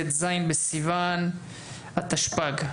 ט"ז בסיון התשפ"ג,